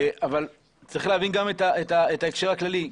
אבל צריך להבין גם את ההקשר הכללי.